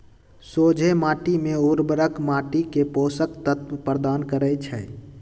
सोझें माटी में उर्वरक माटी के पोषक तत्व प्रदान करै छइ